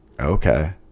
okay